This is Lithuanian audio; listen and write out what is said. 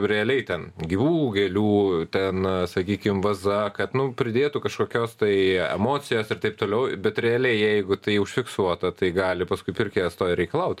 realiai ten gyvų gėlių na sakykim vaza kad nu pridėtų kažkokios tai emocijos ir taip toliau bet realiai jeigu tai užfiksuota tai gali paskui pirkėjas to ir reikalaut